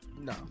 No